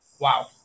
Wow